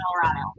colorado